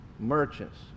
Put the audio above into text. merchants